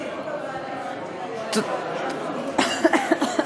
אני הייתי בוועדה כשהוא היה יושב-ראש הוועדה.